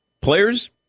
Players